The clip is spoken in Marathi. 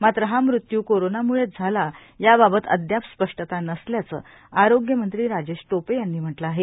मात्र हा मृत्यू कोरोनामुळेच झाला याबाबत अद्याप स्पष्टता नसल्याचं आरोग्यमंत्री राजेश टोपे यांनी म्हटलं आहे